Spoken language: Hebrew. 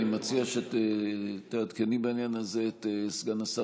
אני מציע שתעדכני בעניין הזה את סגן השר